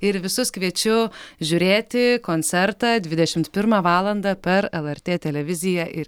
ir visus kviečiu žiūrėti koncertą dvidešimt pirmą valandą per lrt televiziją ir